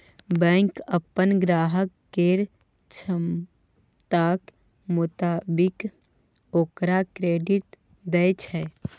bank अप्पन ग्राहक केर क्षमताक मोताबिक ओकरा क्रेडिट दय छै